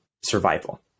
survival